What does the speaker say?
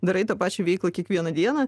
darai tą pačią veiklą kiekvieną dieną